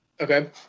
Okay